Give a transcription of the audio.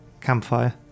campfire